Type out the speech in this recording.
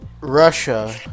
Russia